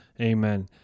Amen